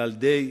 גל דאי,